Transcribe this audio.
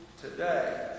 today